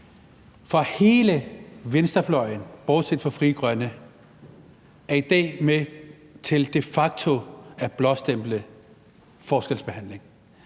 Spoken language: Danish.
For hele venstrefløjen bortset fra Frie Grønne er i dag med til de facto at blåstemple forskelsbehandling.